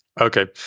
Okay